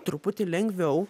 truputį lengviau